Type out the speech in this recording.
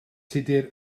tudur